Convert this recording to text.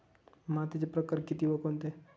मातीचे प्रकार किती व कोणते?